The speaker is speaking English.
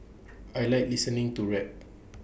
I Like listening to rap